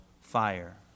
fire